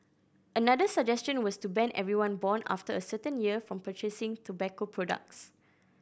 another suggestion was to ban everyone born after a certain year from purchasing tobacco products